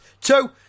Two